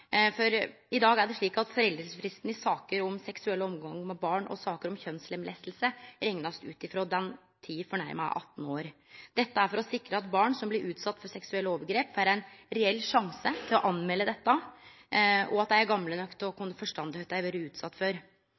for i dag er det slik at foreldingsfristen i saker om seksuell omgang med barn og saker om kjønnslemlesting blir rekna ut frå den tida den fornærma er 18 år. Dette er for å sikre at barn som blir utsette for seksuelle overgrep, får ein reell sjanse til å melde dette, og at dei er gamle nok til å kunne forstå kva dei har vore utsette for.